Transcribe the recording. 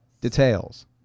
Details